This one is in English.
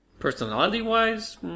Personality-wise